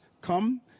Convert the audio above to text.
come